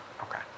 Okay